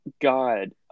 God